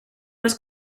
más